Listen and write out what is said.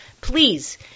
please